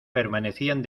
permanecían